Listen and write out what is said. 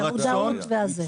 המודעות וכל זה.